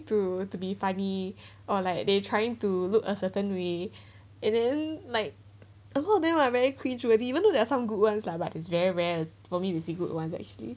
to to be funny or like they trying to look a certain way and then like a whole day like very cringe worthy even though there are some good ones lah but it's very rare for me to see good ones actually